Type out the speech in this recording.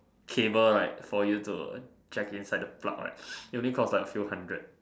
cable right for you to Jack inside the plug right it only cost like a few hundred